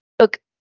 Look